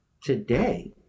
today